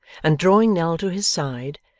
and drawing nell to his side,